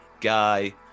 Guy